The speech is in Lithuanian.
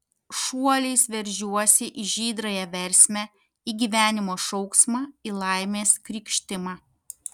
šuoliais veržiuosi į žydrąją versmę į gyvenimo šauksmą į laimės krykštimą